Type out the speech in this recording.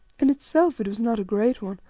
in itself it was not a great one,